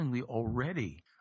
already